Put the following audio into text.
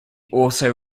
also